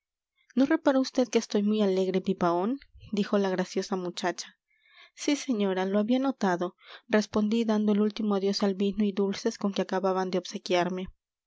no repara vd que estoy muy alegre pipaón dijo la graciosa muchacha sí señora lo había notado respondí dando el último adiós al vino y dulces con que acababan de obsequiarme